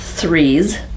threes